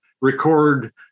record